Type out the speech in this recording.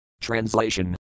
Translation